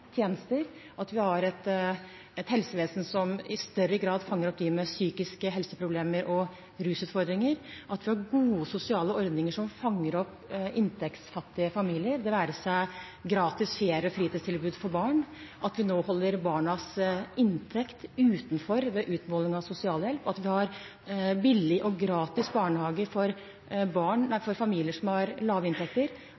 at vi har et helsevesen som i større grad fanger opp dem med psykiske helseproblemer og rusutfordringer, eller at vi har gode sosiale ordninger som fanger opp inntektsfattige familier, som gratis ferie- og fritidstilbud for barn, at vi nå holder barnas inntekt utenfor ved utmåling av sosialhjelp, og at vi har billig og gratis barnehage for